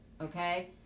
Okay